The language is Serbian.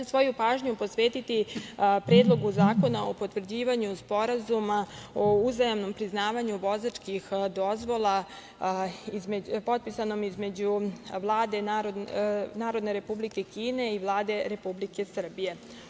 Svoju pažnju ću posvetiti Predlogu zakona o potvrđivanju Sporazuma o uzajamnom priznavanju vozačkih dozvola, a potpisanom između Vlade Narodne Republike Kine i Vlade Republike Srbije.